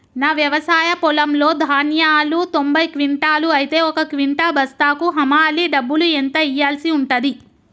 నా వ్యవసాయ పొలంలో ధాన్యాలు తొంభై క్వింటాలు అయితే ఒక క్వింటా బస్తాకు హమాలీ డబ్బులు ఎంత ఇయ్యాల్సి ఉంటది?